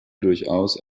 durchaus